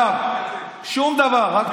דרך אגב, שום דבר.